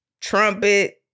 trumpet